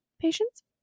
patients